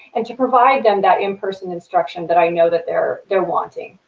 and to provide them that in-person instruction that i know that they're they're wanting.